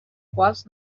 quals